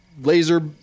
laser